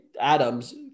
adams